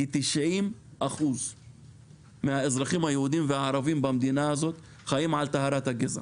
90% מהאזרחים היהודים והערבים במדינה הזאת חיים על טהרת הגזע.